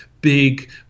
big